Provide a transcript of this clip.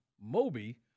Moby